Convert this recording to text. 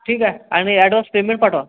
ठीक आहे आणि ऍडव्हान्स पेमेंट पाठवा